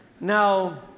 Now